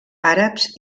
àrabs